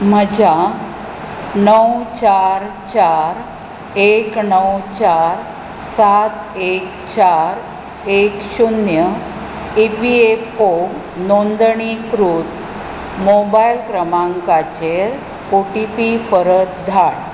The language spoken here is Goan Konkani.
म्हज्या णव चार चार एक णव चार सात एक चार एक शुन्य ई पी एफ ओ नोंदणीकृत मोबायल क्रमांकाचेर ओ टी पी परत धाड